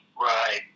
Right